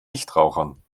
nichtrauchern